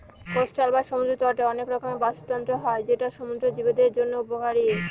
coastal বা সমুদ্র তটে অনেক রকমের বাস্তুতন্ত্র হয় যেটা সমুদ্র জীবদের জন্য উপকারী